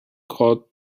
called